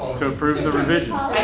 to approve and the revisions.